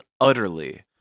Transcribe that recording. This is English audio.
utterly